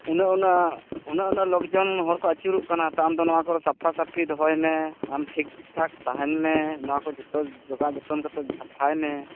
ᱩᱱᱟᱹᱜ ᱩᱱᱟᱹᱜ ᱩᱱᱟᱹᱜ ᱩᱱᱟᱹᱜ ᱞᱳᱠ ᱡᱚᱱ ᱦᱚᱲ ᱠᱚ ᱟᱹᱪᱩᱨᱚᱜ ᱠᱟᱱᱟ ᱛᱳ ᱟᱢᱫᱚ ᱱᱚᱣᱟ ᱠᱚᱫᱚ ᱥᱟᱯᱷᱟ ᱥᱟᱹᱯᱷᱤ ᱫᱚᱦᱚᱭ ᱢᱮ ᱟᱢ ᱴᱷᱤᱠ ᱴᱷᱟᱠ ᱛᱟᱦᱮᱱ ᱢᱮ ᱱᱚᱣᱟ ᱠᱚ ᱡᱚᱛᱚ ᱡᱚᱜᱟᱣ ᱡᱚᱛᱚᱱ ᱠᱟᱛᱮᱫ ᱥᱟᱯᱦᱟᱭ ᱢᱮ